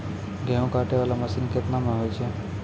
गेहूँ काटै वाला मसीन केतना मे होय छै?